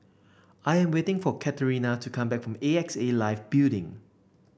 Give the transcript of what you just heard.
I am waiting for Catrina to come back from A X A Life Building